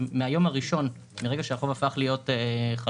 מן היום הראשון שהחוב הפך להיות חלוט.